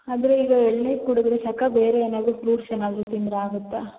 ಆದರೆ ಈಗ ಎಳ್ನೀರು ಕುಡಿದರೆ ಸಾಕಾ ಬೇರೆ ಏನಾದರೂ ಫ್ರೂಟ್ಸ್ ಏನಾದರೂ ತಿಂದ್ರೆ ಆಗುತ್ತಾ